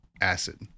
acid